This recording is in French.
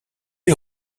est